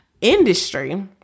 industry